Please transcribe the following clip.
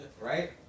Right